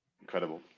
Incredible